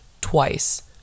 twice